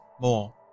more